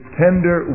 tender